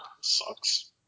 Sucks